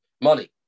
money